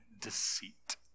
deceit